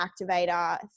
activator